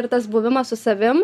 ir tas buvimas su savim